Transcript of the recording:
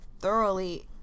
thoroughly